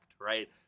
right